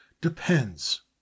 depends